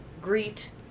greet